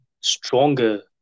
stronger